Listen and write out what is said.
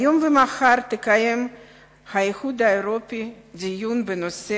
היום ומחר יקיים האיחוד האירופי דיון בנושא